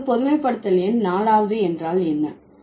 இப்போது பொதுமைப்படுத்தல் எண் 4வது என்றால் என்ன